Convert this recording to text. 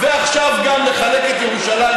ועכשיו גם לחלק את ירושלים,